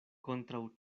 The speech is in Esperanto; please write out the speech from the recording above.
kontraŭ